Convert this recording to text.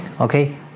okay